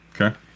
Okay